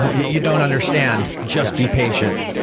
you don't understand just be patient.